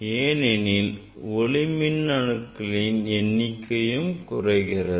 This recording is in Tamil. ஏனெனில் ஒளி மின் அணுக்களின் எண்ணிக்கையும் குறைகிறது